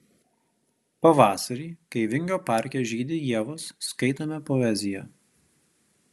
pavasarį kai vingio parke žydi ievos skaitome poeziją